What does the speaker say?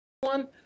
one